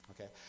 Okay